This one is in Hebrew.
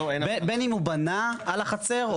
בין אם הוא בנה על החצר,